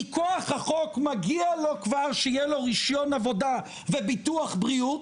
מכוח החוק מגיע לו כבר שיהיה לו רישיון עבודה וביטוח בריאות,